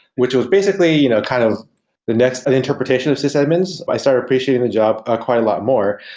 which was basically you know kind of the next an interpretation of sysadmins, i started appreciating the job quite a lot more.